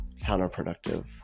counterproductive